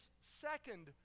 second